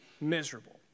miserable